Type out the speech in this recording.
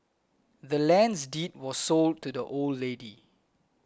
the land's deed was sold to the old lady